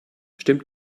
stimmt